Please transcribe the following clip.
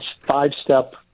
five-step